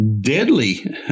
deadly